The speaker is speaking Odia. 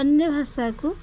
ଅନ୍ୟ ଭାଷାକୁ